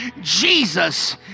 Jesus